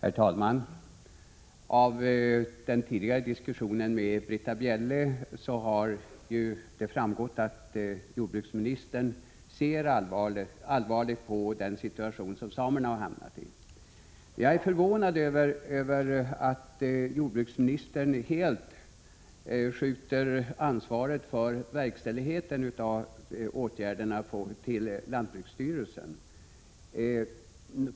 Herr talman! Av den tidigare diskussionen med Britta Bjelle har framgått att jordbruksministern ser allvarligt på den situation som samerna har hamnat i. Jag är förvånad över att jordbruksministern helt skjuter över ansvaret för verkställigheten av åtgärderna till lantbruksstyrelsen.